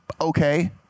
okay